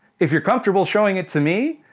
if you're comfortable showing it to me,